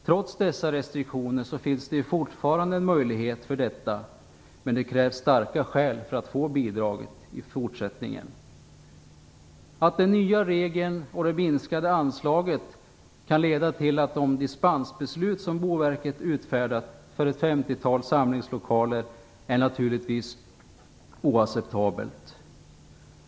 Trots dessa restriktioner finns det fortfarande en möjlighet för detta, men det krävs starka skäl för att få bidraget i fortsättningen. Att den nya regeln och det minskade anslaget kan leda till att de dispensbeslut som Boverket utfärdat för ett femtiotal samlingslokaler inte uppfylls är naturligtvis oacceptabelt.